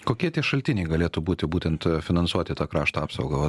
kokie tie šaltiniai galėtų būti būtent finansuoti tą krašto apsaugą